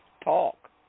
talk